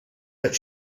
but